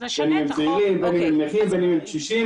בין אם הם נכים ובין אם הם קשישים,